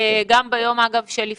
גם, אגב, ביום שלפני.